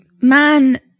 man